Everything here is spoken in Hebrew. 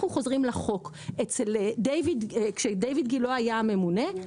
אנחנו חוזרים לחוק כשדיוויד גילה היה הממונה,